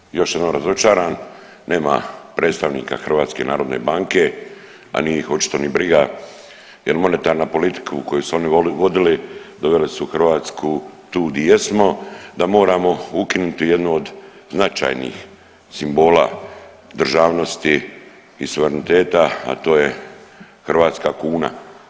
Evo ja sam još jednom razočaran, nema predstavnika HNB-a, a nije ih očito ni briga jer monetarna politika koju su oni uvodili dovele su Hrvatsku tu di jesmo da moramo ukinuti jednu značajnih simbola državnosti i suvereniteta, a to je hrvatska kuna.